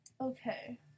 okay